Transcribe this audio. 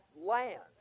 land